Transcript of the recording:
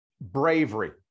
bravery